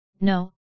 No